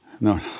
no